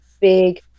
big